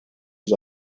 yüz